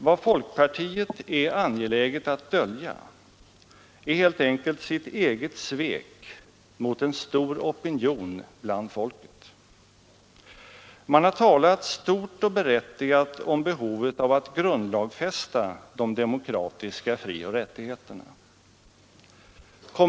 Vad folkpartiet är angeläget att dölja är helt enkelt sitt eget svek mot en stark opinion bland folket. Man har talat stort och berättigat om behovet av att grundlagsfästa de demokratiska frioch rättigheterna.